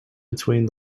between